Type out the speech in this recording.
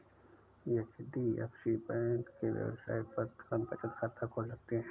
HDFC bank के website पर तुरंत बचत खाता खोल सकते है